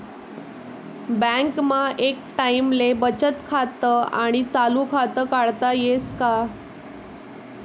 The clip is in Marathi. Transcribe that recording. बँकमा एक टाईमले बचत खातं आणि चालू खातं काढता येस का?